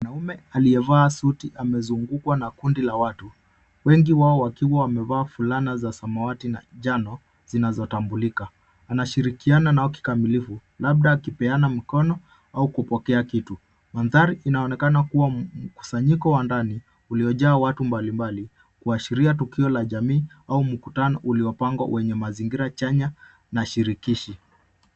Mwanaume aliyevaa suti amezungukwa na kundi la watu wengi wao wakiwa wamevaa fulana za samawati na njano zinazotambulika. Wanashirikiana nao kikamilifu labda akipeana mkono au kupokea kitu. Mandhari inaonekana kuwa mkusanyiko wa ndani uliojaa watu mbalimbali kuashiria tukio la jamii au mkutano uliopangwa wenye mazingira chanya na shirikishi.